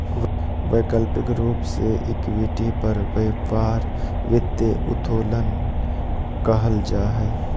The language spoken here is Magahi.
वैकल्पिक रूप से इक्विटी पर व्यापार वित्तीय उत्तोलन कहल जा हइ